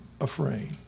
afraid